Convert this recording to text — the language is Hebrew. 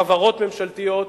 חברות ממשלתיות,